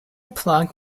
plug